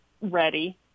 ready